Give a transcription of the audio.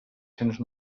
cents